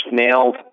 nailed